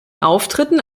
auftritten